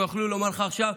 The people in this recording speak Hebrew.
אם היו יכולים לומר לך עכשיו,